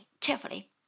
cheerfully